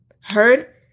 heard